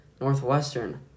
Northwestern